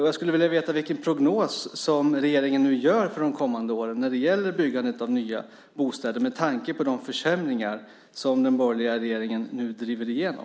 Jag skulle vilja veta vilken prognos som regeringen gör för de kommande åren när det gäller byggandet av nya bostäder, med tanke på de försämringar som den borgerliga regeringen nu driver igenom.